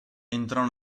entrò